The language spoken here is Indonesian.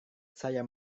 saya